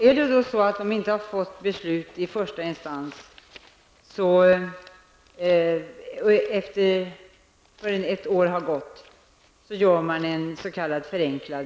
Är det så att en barnfamilj inte får beslut från första instans inom ett år, görs en s.k.